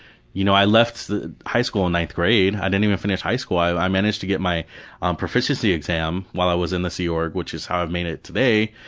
you know i left high school in ninth grade, i didn't finish high school. i managed to get my um proficiency exam while i was in the sea org, which is how i made it today,